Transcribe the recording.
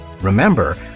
Remember